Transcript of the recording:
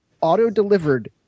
auto-delivered